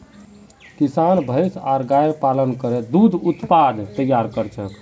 किसान भैंस आर गायर पालन करे दूध उत्पाद तैयार कर छेक